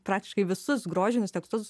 praktiškai visus grožinius tekstus